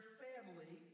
family